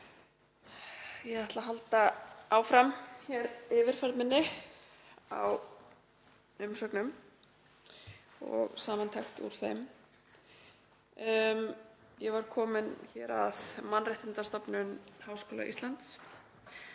Ég ætla að halda áfram yfirferð minni á umsögnum og samantekt úr þeim. Ég var komin að Mannréttindastofnun Háskóla Íslands